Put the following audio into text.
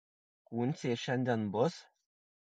kūncė šiandien bus